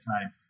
time